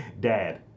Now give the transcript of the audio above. Dad